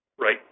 Right